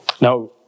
Now